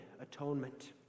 atonement